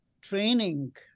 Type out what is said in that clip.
training